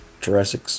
jurassic